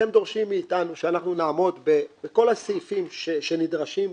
אתם דורשים מאיתנו שאנחנו נעמוד בכל הסעיפים שנדרשים בתקן.